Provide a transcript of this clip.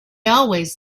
always